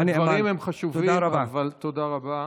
חבר הכנסת מולא, הדברים הם חשובים, אבל תודה רבה.